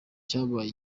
cyabaye